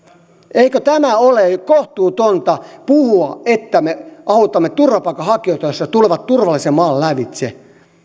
eikö tämä ole jo kohtuutonta puhua että me autamme turvapaikanhakijoita jos he tulevat turvallisen maan lävitse